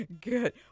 Good